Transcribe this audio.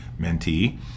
mentee